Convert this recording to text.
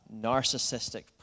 narcissistic